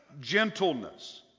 gentleness